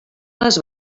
les